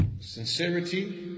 sincerity